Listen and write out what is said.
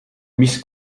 mis